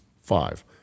five